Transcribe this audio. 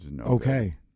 okay